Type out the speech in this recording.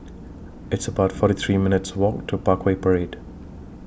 It's about forty three minutes' Walk to Parkway Parade